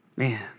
Man